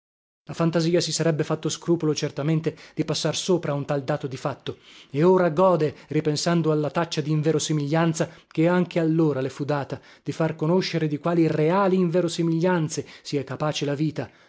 la fantasia si sarebbe fatto scrupolo certamente di passar sopra a un tal dato di fatto e ora gode ripensando alla taccia di inverosimiglianza che anche allora le fu data di far conoscere di quali reali inverosimiglianze sia capace la vita